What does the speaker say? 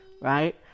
right